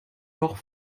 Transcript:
doch